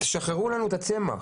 שחררו לנו את הצמח.